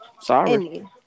Sorry